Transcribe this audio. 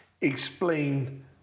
Explain